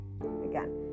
again